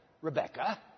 Rebecca